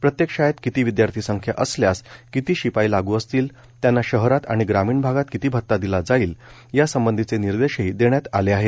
प्रत्येक शाळेत किती विद्यार्थी संख्या असल्यास किती शिपाई लागू राहतील त्यांना शहरात आणि ग्रामीण भागात किती भता दिला जाईल यासंबंधीचे निर्देशही देण्यात आले आहेत